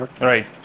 Right